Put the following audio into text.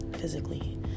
physically